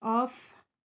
of